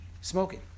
Smoking